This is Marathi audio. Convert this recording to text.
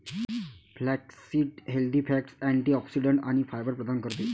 फ्लॅक्ससीड हेल्दी फॅट्स, अँटिऑक्सिडंट्स आणि फायबर प्रदान करते